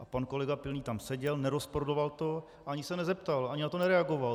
A pan kolega Pilný tam seděl, nerozporoval to, ani se nezeptal, ani na to nereagoval.